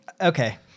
okay